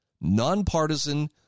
nonpartisan